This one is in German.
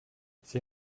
sie